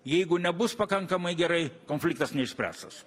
jeigu nebus pakankamai gerai konfliktas neišspręstas